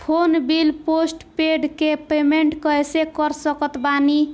Phone bill postpaid के payment कैसे कर सकत बानी?